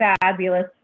fabulous